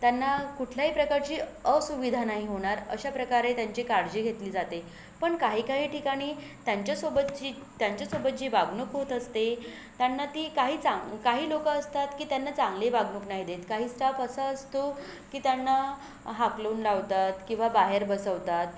त्यांना कुठल्याही प्रकारची असुविधा नाही होणार अशाप्रकारे त्यांची काळजी घेतली जाते पण काही काही ठिकाणी त्यांच्यासोबतची त्यांच्यासोबत जी वागणूक होत असते त्यांना ती काही चां काही लोक असतात की त्यांना चांगली वागणूक नाही देत काही स्टाफ असा असतो की त्यांना हाकलून लावतात किंवा बाहेर बसवतात